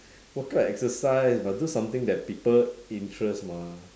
what kind of exercise must do something that people interest mah